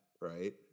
right